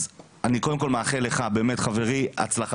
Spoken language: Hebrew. אז אני קודם כל מאחל לך, באמת חברי, הצלחה